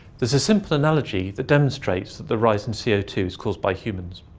there's a simple analogy that demonstrates that the rise in c o two is caused by humans.